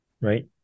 right